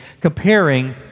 comparing